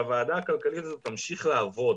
שהוועדה הכלכלית הזאת תמשיך לעבוד